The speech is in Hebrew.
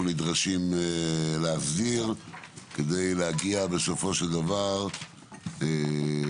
נדרשים להסדיר כדי להגיע בסופו של דבר למימוש